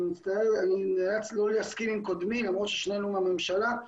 אני נאלץ לא להסכים עם קודמי למרות ששנינו מהממשלה,